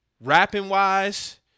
rapping-wise